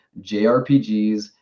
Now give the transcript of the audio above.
JRPGs